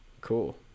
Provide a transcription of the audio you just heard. Cool